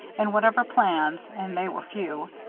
in whatever plans, and they were few,